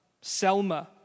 Selma